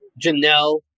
Janelle